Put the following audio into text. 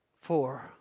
four